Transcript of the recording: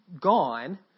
gone